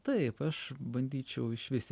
taip aš bandyčiau išvis